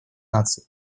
наций